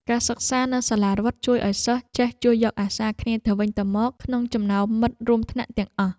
ការសិក្សានៅសាលារដ្ឋជួយឱ្យសិស្សចេះជួយយកអាសាគ្នាទៅវិញទៅមកក្នុងចំណោមមិត្តរួមថ្នាក់ទាំងអស់។